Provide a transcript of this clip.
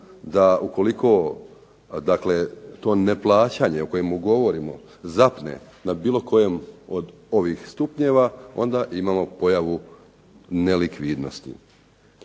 da ukoliko dakle to neplaćanje o kojemu govorimo zapne na bilo kojem od ovih stupnjeva onda imamo pojavu nelikvidnosti.